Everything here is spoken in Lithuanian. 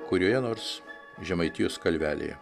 kurioje nors žemaitijos kalvelėje